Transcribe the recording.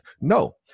No